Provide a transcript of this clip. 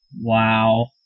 Wow